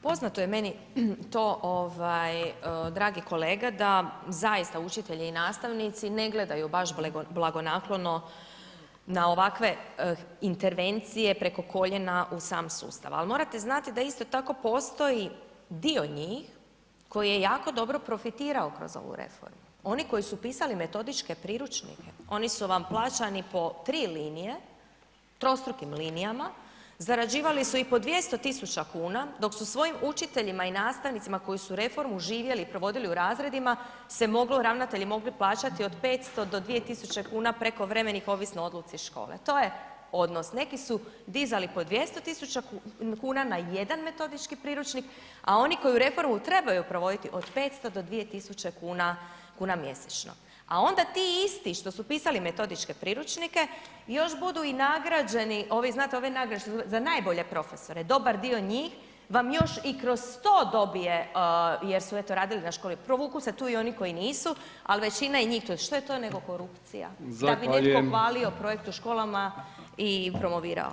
Poznato je meni to ovaj dragi kolega da zaista učitelji i nastavnici ne gledaju baš blagonaklono na ovakve intervencije preko koljena u sam sustav, al morate znati da isto tako postoji dio njih koji je jako dobro profitirao kroz ovu reformu, oni koji su pisali metodičke priručnike, oni su vam plaćani po 3 linije, trostrukim linijama, zarađivali su i po 200.000,00 kn, dok su svojim učiteljima i nastavnicima koji su reformu živjeli i provodili u razredima se moglo ravnatelji mogli plaćati od 500 do 2.000,00 kn prekovremenih ovisno o odluci škole, to je odnos, neki su dizali 200.000,00 kn na jedan metodički priručnik, a oni koji reformu trebaju provoditi od 500 do 2.000,00 kn, kuna mjesečno, a onda ti isti što su pisali metodičke priručnike još budu i nagrađeni, ovi, znate ove nagrade što su dobili za najbolje profesore, dobar dio njih vam još i kroz to dobije jer su eto radili na školi, provuku se tu i oni koji nisu, al većina njih … [[Govornik se ne razumije]] što je to nego korupcija [[Upadica: Zahvaljujem]] da bi netko hvalio projekt u školama u promovirao.